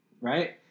right